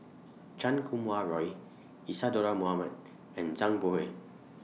Chan Kum Wah Roy Isadhora Mohamed and Zhang Bohe